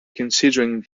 considering